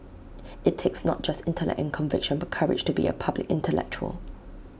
IT takes not just intellect and conviction but courage to be A public intellectual